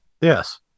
Yes